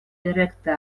direkte